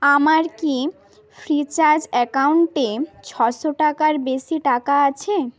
আমার কি ফ্রিচার্জ অ্যাকাউন্টে ছশো টাকার বেশি টাকা আছে